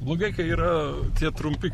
blogai kai yra tie trumpi